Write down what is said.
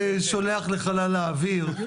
מהיועצת המשפטית להציג בעיקרי דברים את